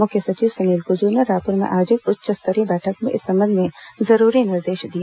मुख्य सचिव सुनील कुजूर ने रायपुर में आयोजित उच्च स्तरीय बैठक में इस संबंध में जरूरी निर्देश दिए